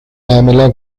pamela